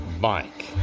bike